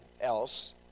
else